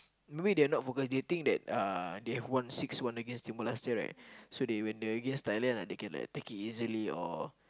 in the way they are not focused they think that uh they have won six one against Timor-Leste right so they when they against Thailand right they can like take it easily or